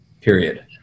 Period